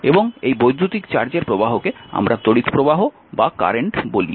এবং এই বৈদ্যুতিক চার্জের প্রবাহকে আমরা তড়িৎপ্রবাহ বা কারেন্ট বলি